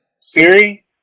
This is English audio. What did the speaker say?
Siri